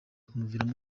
kumuviramo